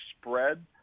spread